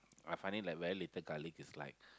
I find it like very little garlic is like